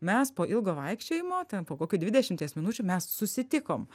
mes po ilgo vaikščiojimo ten po kokių dvidešimties minučių mes susitikom